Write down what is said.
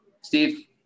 Steve